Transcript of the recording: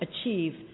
achieve